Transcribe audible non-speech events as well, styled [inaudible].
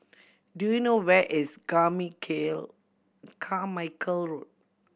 do you know where is [unintelligible] Carmichael Road